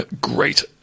great